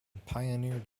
pioneered